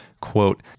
quote